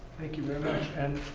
thank you very much. and,